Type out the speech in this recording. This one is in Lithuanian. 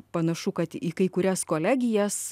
panašu kad į kai kurias kolegijas